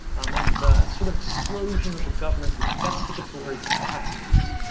um and the sort of explosion of the government's investigatory capacities?